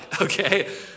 okay